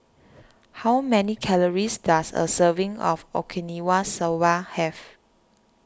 how many calories does a serving of Okinawa Soba have